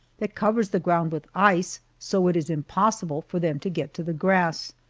that covers the ground with ice so it is impossible for them to get to the grass.